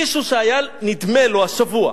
מישהו שהיה נדמה לו השבוע